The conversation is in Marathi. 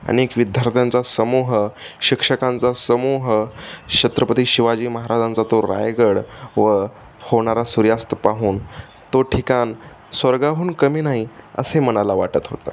अनेक विद्यार्थ्यांचा समूह शिक्षकांचा समूह छत्रपती शिवाजी महाराजांचा तो रायगड व होणारा सूर्यास्त पाहून तो ठिकाण स्वर्गाहून कमी नाही असे मनाला वाटत होतं